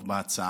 בהצעה.